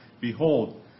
behold